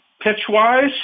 pitch-wise